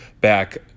back